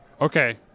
Okay